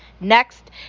Next